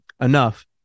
enough